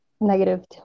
negative